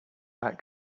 that